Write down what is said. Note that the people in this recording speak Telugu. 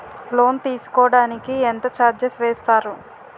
లోన్ తీసుకోడానికి ఎంత చార్జెస్ వేస్తారు?